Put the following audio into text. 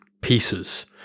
pieces